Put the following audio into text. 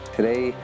Today